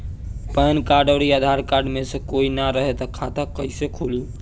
Pan card आउर Aadhaar card मे से कोई ना रहे त खाता कैसे खुली?